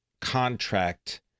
contract